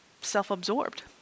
self-absorbed